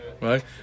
right